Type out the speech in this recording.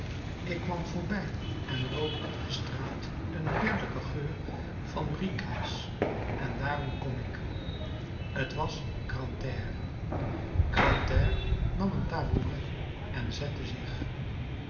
ik kwam voorbij en rook op de straat een heerlijken geur van briekaas en daarom kom ik t was grantaire grantaire nam een tabouret en zette zich